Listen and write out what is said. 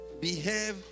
Behave